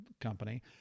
company